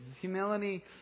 Humility